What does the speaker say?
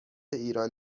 ایران